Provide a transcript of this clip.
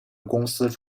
公司